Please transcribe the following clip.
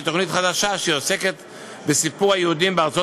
שהיא תוכנית חדשה שעוסקת בסיפור של היהודים בארצות